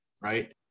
right